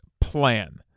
plan